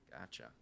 gotcha